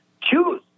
Choose